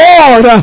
Lord